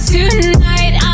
Tonight